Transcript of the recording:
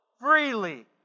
freely